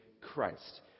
Christ